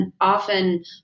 often